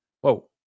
Whoa